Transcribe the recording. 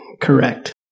Correct